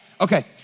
Okay